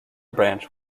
branch